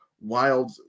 wild